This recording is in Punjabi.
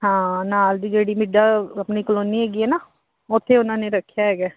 ਹਾਂ ਨਾਲ ਦੀ ਜਿਹੜੀ ਮਿੱਡਾ ਆਪਣੀ ਕਲੋਨੀ ਹੈਗੀ ਹੈ ਨਾ ਉੱਥੇ ਉਹਨਾਂ ਨੇ ਰੱਖਿਆ ਹੈਗਾ